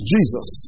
Jesus